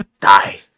die